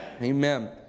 Amen